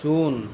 ᱥᱩᱱ